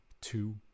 two